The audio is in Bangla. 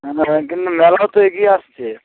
হ্যাঁ মানে কিন্তু মেলাও তো এগিয়ে আসছে